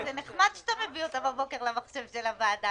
זה נחמד שאתה מביא אותה בבוקר למחשב של הוועדה.